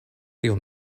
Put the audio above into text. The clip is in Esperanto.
tiu